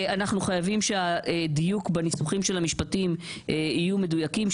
אנחנו חייבים שהדיוק בניסוחים של המשפטים יהיו מדויקים,